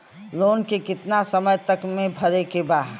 Loan के कितना समय तक मे भरे के बा?